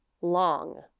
Long